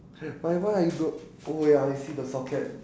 pe~ my one I got got wait ah I see the socket